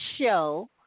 show